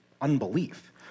unbelief